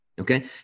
Okay